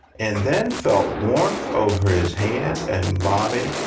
and then felt warmth over his hand and body.